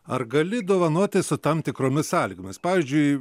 ar gali dovanoti su tam tikromis sąlygomis pavyzdžiui